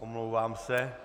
Omlouvám se.